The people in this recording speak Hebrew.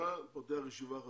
פותחים את הישיבה,